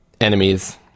enemies